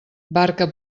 barca